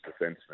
defenseman